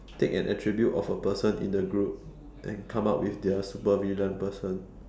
take an attribute of a person in the group and come out with their super villain person